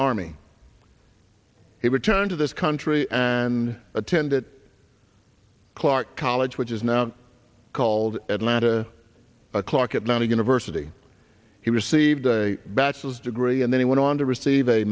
army he returned to this country and attended clark college which is now called atlanta o'clock atlanta university he received a bachelor's degree and then went on to receive a